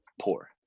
poor